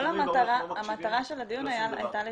כל המטרה של הדיון הייתה להשתפר.